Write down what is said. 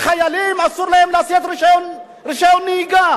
לחיילים אסור לשאת רשיון נהיגה.